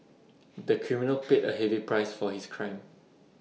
the criminal paid A heavy price for his crime